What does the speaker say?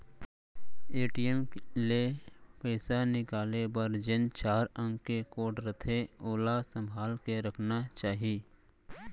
ATM ले पइसा निकाले बर जेन चार अंक के कोड रथे ओला संभाल के रखना चाही